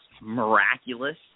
miraculous